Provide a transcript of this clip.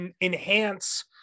enhance